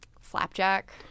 Flapjack